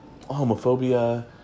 homophobia